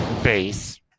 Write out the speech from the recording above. base